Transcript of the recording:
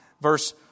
Verse